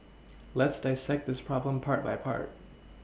let's dissect this problem part by part